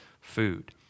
food